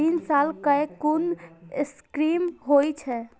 तीन साल कै कुन स्कीम होय छै?